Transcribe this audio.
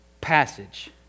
passage